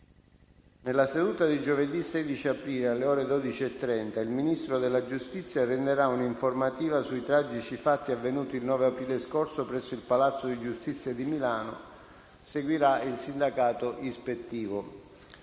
Nella seduta di giovedì 16 aprile, alle ore 12,30, il Ministro della giustizia renderà un'informativa sui tragici fatti avvenuti il 9 aprile scorso presso il Palazzo di giustizia di Milano. Seguirà il sindacato ispettivo.